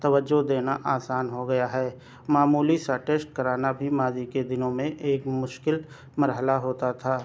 توجہ دینا آسان ہو گیا ہے معمولی سا ٹیسٹ کرانا بھی ماضی کے دنوں میں ایک مشکل مرحلہ ہوتا تھا